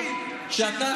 נאור,